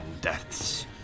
deaths